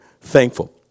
thankful